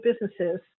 businesses